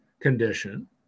condition